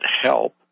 help